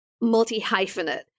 multi-hyphenate